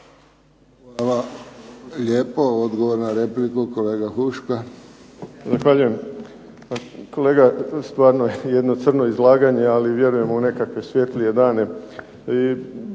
Hvala lijepo. Odgovor na repliku, kolega Huška.